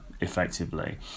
effectively